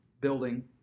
building